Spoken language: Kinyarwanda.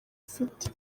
ifite